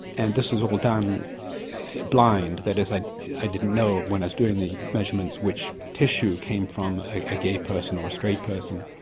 and this was all done blind that is i i didn't know when i was doing the measurements which tissue came from a gay person or a straight person.